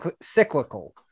cyclical